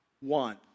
one